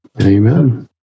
Amen